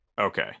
Okay